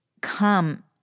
come